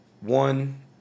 one